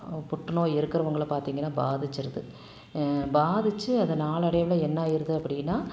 புற்றுநோய் இருக்கிறவங்கள பார்த்திங்கன்னா பாதிச்சிருது பாதிச்சு அது நாளடைவில் என்னாயிருது அப்படின்னா